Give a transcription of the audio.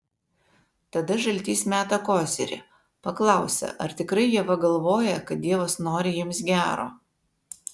tada žaltys meta kozirį paklausia ar tikrai ieva galvoja kad dievas nori jiems gero